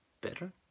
better